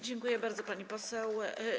Dziękuję bardzo, pani poseł.